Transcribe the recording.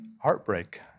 Heartbreak